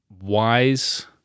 wise